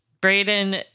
Braden